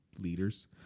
leaders